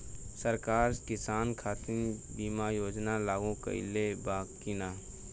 सरकार किसान खातिर बीमा योजना लागू कईले बा की ना?